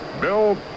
Bill